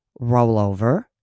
rollover